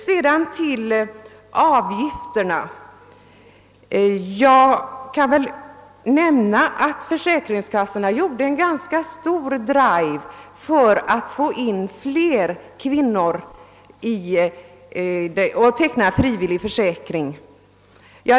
Beträffande avgifterna kan jag nämna att försäkringskassorna har gjort en stort upplagd drive för att få fler kvinnor att teckna frivillig försäkring.